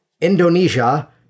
Indonesia